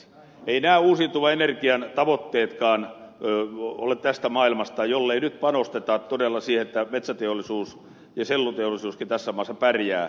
eivät nämä uusiutuvan energian tavoitteetkaan ole tästä maailmasta jollei nyt panosteta todella siihen että metsäteollisuus ja selluteollisuuskin tässä maassa pärjää